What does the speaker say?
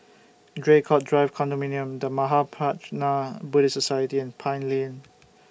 Draycott Drive Condominium The Mahaprajna Buddhist Society and Pine Lane